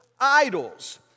idols